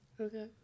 Okay